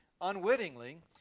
unwittingly